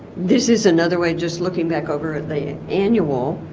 this is another way just looking back over and they annual